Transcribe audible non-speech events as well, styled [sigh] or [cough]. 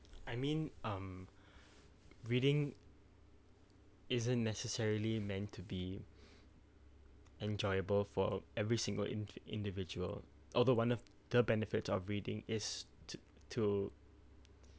I mean um [breath] reading isn't necessarily meant to be [breath] enjoyable for every single ind~ individual although one of the benefits of reading is to to